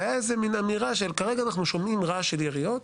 זאת הייתה מן אמירה של: כרגע אנחנו שומעים רעש של יריות,